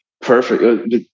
Perfect